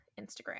Instagram